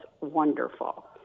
wonderful